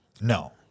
No